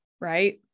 right